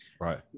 Right